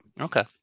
Okay